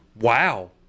Wow